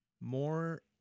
more